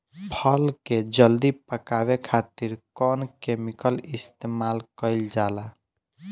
फल के जल्दी पकावे खातिर कौन केमिकल इस्तेमाल कईल जाला?